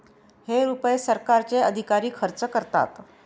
हे रुपये सरकारचे अधिकारी खर्च करतात